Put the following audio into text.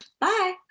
bye